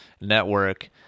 network